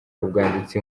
ubwanditsi